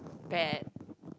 bad